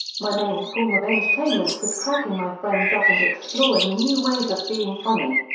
my main form of entertainment was cracking my friends up and exploring new ways of being funny.